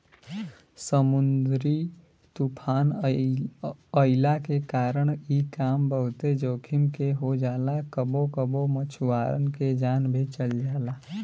समुंदरी तूफ़ान अइला के कारण इ काम बहुते जोखिम के हो जाला कबो कबो मछुआरन के जान भी चल जाला